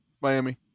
Miami